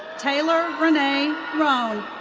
taylor renaye rhone.